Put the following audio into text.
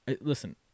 Listen